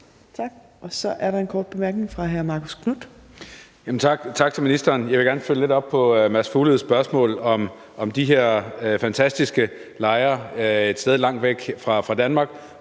Torp): Så er der en kort bemærkning fra hr. Marcus Knuth. Kl. 14:58 Marcus Knuth (KF): Tak til ministeren. Jeg vil gerne følge lidt op på Mads Fugledes spørgsmål om de her fantastiske lejre et sted langt væk fra Danmark,